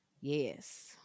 Yes